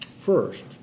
First